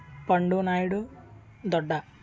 పండు నాయుడు దొడ్డ